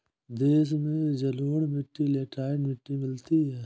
देश में जलोढ़ मिट्टी लेटराइट मिट्टी मिलती है